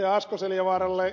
asko seljavaaralle